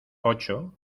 ocho